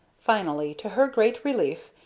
finally, to her great relief,